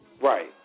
Right